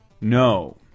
No